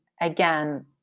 again